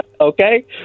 Okay